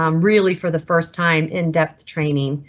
um really for the first time in depth training.